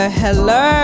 hello